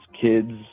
kids